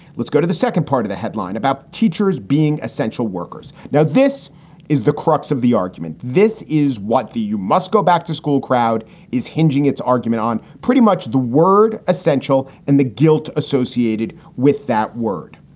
let's go to the second part of the headline about teachers being essential workers. now, this is the crux of the argument. this is what the you must go back to school crowd is hinging its argument on pretty much the word essential and the guilt associated with that word.